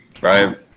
Right